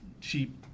cheap